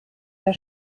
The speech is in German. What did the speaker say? der